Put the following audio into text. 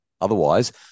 Otherwise